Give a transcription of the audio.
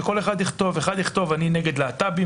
שכל אחד יכתוב אחד יכתוב "אני נגד להט"בים",